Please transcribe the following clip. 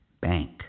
bank